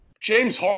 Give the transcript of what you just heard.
James